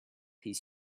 his